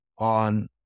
on